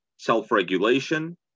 Self-regulation